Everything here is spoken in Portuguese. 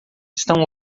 estão